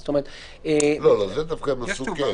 את זה הם דווקא עשו.